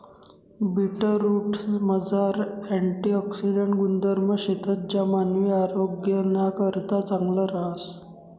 बीटरूटमझार अँटिऑक्सिडेंट गुणधर्म शेतंस ज्या मानवी आरोग्यनाकरता चांगलं रहास